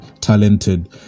talented